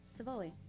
Savoli